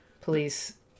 police